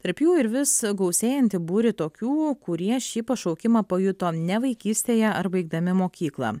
tarp jų ir vis gausėjantį būrį tokių kurie šį pašaukimą pajuto ne vaikystėje ar baigdami mokyklą